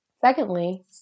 Secondly